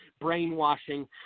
brainwashing